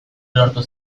lortu